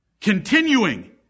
Continuing